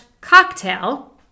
cocktail